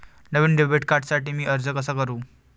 नवीन debit कार्डसाठी मी अर्ज कसा करू?